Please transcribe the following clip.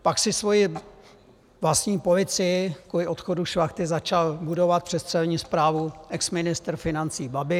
Pak si svoji vlastní policii kvůli odchodu Šlachty začal budovat přes celní správu exministr financí Babiš.